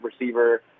receiver